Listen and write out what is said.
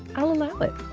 i'll allow it.